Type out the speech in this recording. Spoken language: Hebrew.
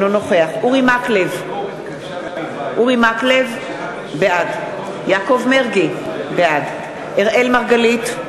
נוכח אורי מקלב, בעד יעקב מרגי, בעד אראל מרגלית,